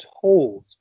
told